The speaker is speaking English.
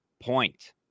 Point